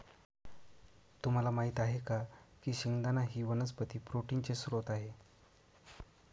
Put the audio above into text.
तुम्हाला माहित आहे का की शेंगदाणा ही वनस्पती प्रोटीनचे स्त्रोत आहे